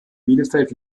bielefeld